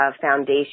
foundation